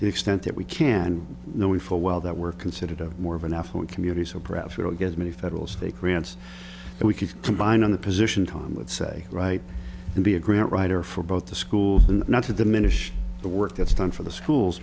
the extent that we can knowing full well that we're considered a more of an affluent community so perhaps we don't get as many federal stake rance and we could combine on the position time let's say right to be a grant writer for both the schools and not to diminish the work that's done for the schools